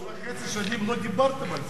שלוש וחצי שנים לא דיברתם על זה.